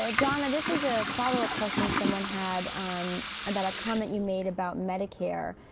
ah donna, this is a follow-up question someone had um about a comment you made about medicare.